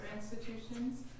institutions